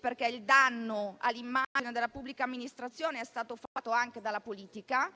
perché il danno all'immagine della pubblica amministrazione è stato fatto anche dalla politica.